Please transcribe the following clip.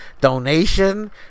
donation